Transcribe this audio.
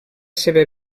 seva